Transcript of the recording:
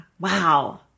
Wow